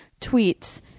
tweets